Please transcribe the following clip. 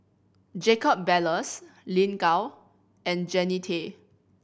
Jacob Ballas Lin Gao and Jannie Tay